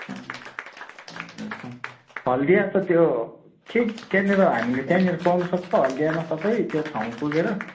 हल्दिया त त्यो ठिक त्यहाँनिर हामीले त्यहाँनिर पाउन सक्छौँ हल्दियामा सबै त्यो ठाउँ पुगेर